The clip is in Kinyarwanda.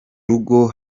rugo